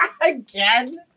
Again